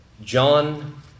John